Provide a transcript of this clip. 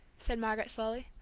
said margaret, slowly.